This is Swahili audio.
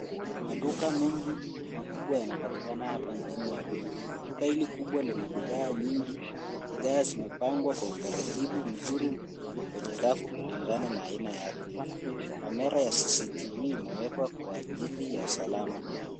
Maduka mengi makubwa yanapatikana hapa nchini Nairobi. Duka hili kubwa lina bidhaa nyingi. Bidhaa zimepangwa kwa utaratibu mzuri kwenye rafu kulingana na aina yake. Kamera ya cctv imewekwa kwa ajili ya usalama.